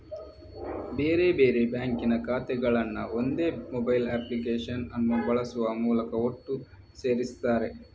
ಬೇರೆ ಬೇರೆ ಬ್ಯಾಂಕಿನ ಖಾತೆಗಳನ್ನ ಒಂದೇ ಮೊಬೈಲ್ ಅಪ್ಲಿಕೇಶನ್ ಅನ್ನು ಬಳಸುವ ಮೂಲಕ ಒಟ್ಟು ಸೇರಿಸ್ತಾರೆ